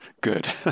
Good